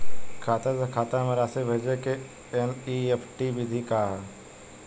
खाता से खाता में राशि भेजे के एन.ई.एफ.टी विधि का ह?